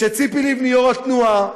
כשציפי לבני, יו"ר התנועה,